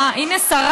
אה, הינה שרה.